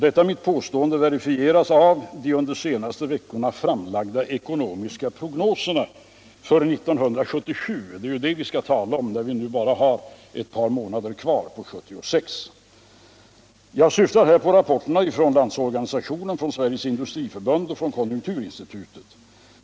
Detua mitt påstående verifieras av de under de senaste veckorna framlagda eckonomiska prognoserna för 1977. Det är ju 1977 vi skall tala om när vi bara har ett par månader kvar av 1976. Jag syftar på rapporterna från Landsorganisationen, från Sveriges industriförbund och från konjunkturinstitutet.